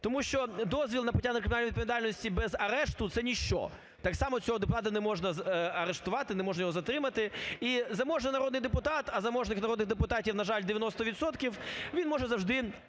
тому що дозвіл на притягнення до кримінальної відповідальності без арешту – це ніщо. Так само цього депутата не можна арештувати, не можна його затримати і заможний народний депутат, а заможних народних депутатів, на жаль, 90 відсотків, він може завжди